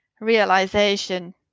realization